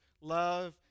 love